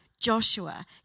Joshua